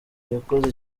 yakoze